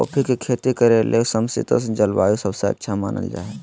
coffee के खेती करे ले समशितोष्ण जलवायु सबसे अच्छा मानल जा हई